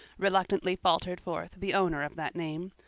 reluctantly faltered forth the owner of that name,